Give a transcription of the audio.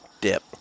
dip